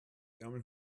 ärmel